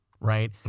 right